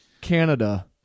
Canada